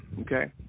okay